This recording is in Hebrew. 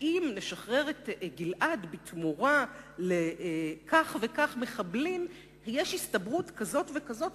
שאם נשחרר את גלעד בתמורה לכך וכך מחבלים יש הסתברות כזאת וכזאת,